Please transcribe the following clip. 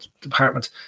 department